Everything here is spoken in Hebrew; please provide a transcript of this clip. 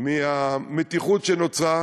מהמתיחות שנוצרה.